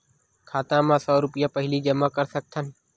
खाता मा सौ रुपिया पहिली जमा कर सकथन?